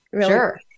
Sure